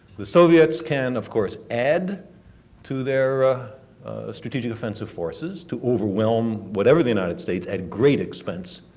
the soviets can, of course, add to their strategic offensive forces to overwhelm whatever the united states, at great expense,